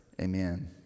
Amen